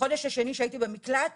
בחודש השני שהייתי במקלט